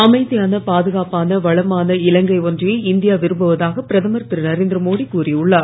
அமைதியான பா துகாப்பான வளமான இலங்கை ஒன்றையே இந்தியா விரும்புவதாக பிரதமர் திருநரேந்திர மோடி கூறியுள்ளார்